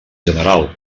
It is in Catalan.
general